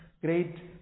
great